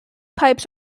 pipes